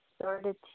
started